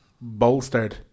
bolstered